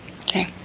okay